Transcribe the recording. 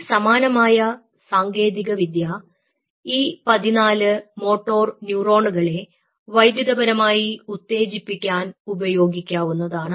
ഈ സമാനമായ സങ്കേതികവിദ്യ E 14 മോട്ടോർ ന്യൂറോണുകളെ വൈദ്യുതപരമായി ഉത്തേജിപ്പിക്കാൻ ഉപയോഗിക്കാവുന്നതാണ്